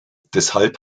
deshalb